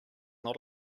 not